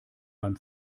beim